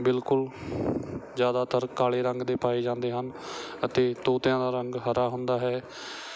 ਬਿਲਕੁਲ ਜ਼ਿਆਦਾਤਰ ਕਾਲੇ ਰੰਗ ਦੇ ਪਾਏ ਜਾਂਦੇ ਹਨ ਅਤੇ ਤੋਤਿਆਂ ਦਾ ਰੰਗ ਹਰਾ ਹੁੰਦਾ ਹੈ